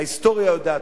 ההיסטוריה יודעת,